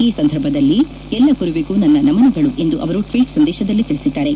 ಈ ಸಂದರ್ಭದಲ್ಲಿ ಎಲ್ಲ ಗುರುವಿಗೂ ನನ್ನ ನಮನಗಳು ಎಂದು ಅವರು ಟ್ವೀಟ್ ಸಂದೇಶದಲ್ಲಿ ತಿಳಿಸಿದ್ದಾರೆ